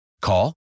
Call